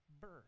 birth